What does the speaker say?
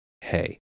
hey